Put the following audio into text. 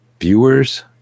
viewers